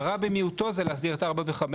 הרע במיעוטו זה להסדיר את 4 ו-5,